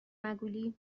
مگولی